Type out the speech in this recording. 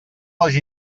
les